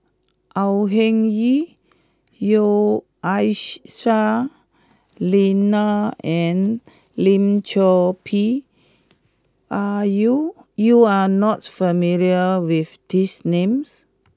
Au Hing Yee Aisyah Lyana and Lim Chor Pee are you you are not familiar with these names